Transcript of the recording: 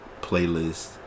playlist